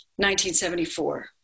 1974